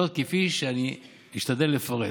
כפי שאני אשתדל לפרט: